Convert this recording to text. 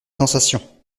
sensation